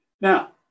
Now